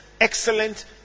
excellent